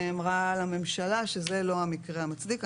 ביקורת שנאמרה על הממשלה, שזה לא המקרה המצדיק.